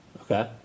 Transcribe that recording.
okay